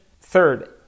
third